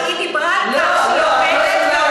היא דיברה על כך שהיא עומדת ואומרת אמת,